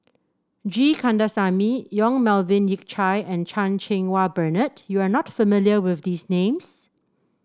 G Kandasamy Yong Melvin Yik Chye and Chan Cheng Wah Bernard you are not familiar with these names